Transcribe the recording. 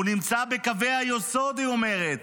הוא נמצא בקווי היסוד" היא אומרת,